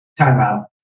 timeout